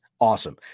Awesome